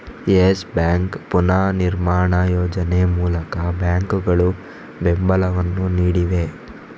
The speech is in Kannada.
ಯೆಸ್ ಬ್ಯಾಂಕ್ ಪುನರ್ನಿರ್ಮಾಣ ಯೋಜನೆ ಮೂಲಕ ಬ್ಯಾಂಕುಗಳು ಬೆಂಬಲವನ್ನು ನೀಡಿವೆ